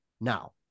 Now